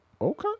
okay